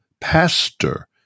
pastor